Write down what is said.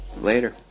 Later